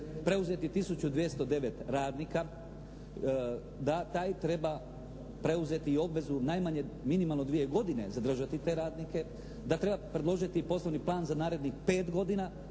preuzeti 1209 radnika da taj treba preuzeti i obvezu najmanje minimalno dvije godine zadržati te radnike, da treba predložiti poslovni plan za narednih 5 godina